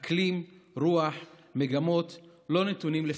אקלים, רוח, מגמות, לא נתונים לפתחי".